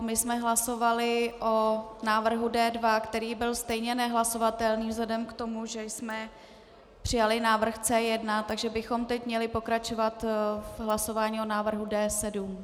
My jsme hlasovali o návrhu D2, který byl stejně nehlasovatelný vzhledem k tomu, že jsme přijali návrh C1, takže bychom teď měli pokračovat v hlasování o návrhu D7.